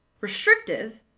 Restrictive